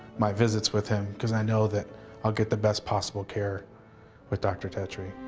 my visits with him cause i know that i'll get the best possible care with dr. tetri